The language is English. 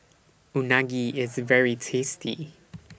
Unagi IS very tasty